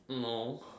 no